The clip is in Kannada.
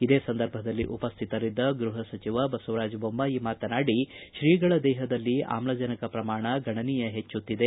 ಇದೇ ಸಂದರ್ಭದಲ್ಲಿ ಉಪಸ್ಥಿತರಿದ್ದ ಗೃಹ ಸಚಿವ ಬಸವರಾಜ ಬೊಮ್ಮಾಯಿ ಮಾತನಾಡಿ ಶ್ರೀಗಳ ದೇಹದಲ್ಲಿ ಆಮ್ಲಜನಕ ಪ್ರಮಾಣ ಗಣನೀಯ ಹೆಚ್ಚುತ್ತಿದೆ